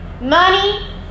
Money